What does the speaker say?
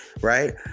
right